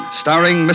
starring